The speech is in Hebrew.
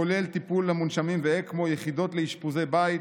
כולל טיפול במונשמים ואקמו, יחידות לאשפוזי בית,